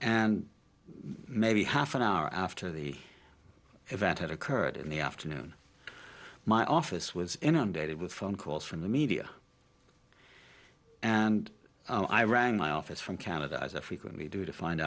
and maybe half an hour after the event had occurred in the afternoon my office was inundated with phone calls from the media and i rang my office from canada as i frequently do to find